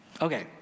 Okay